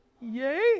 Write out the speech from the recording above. Yay